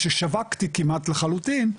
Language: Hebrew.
כששבקתי כמעט לחלוטין,